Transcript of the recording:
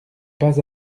pas